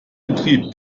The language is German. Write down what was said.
betrieb